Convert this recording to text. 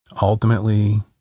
Ultimately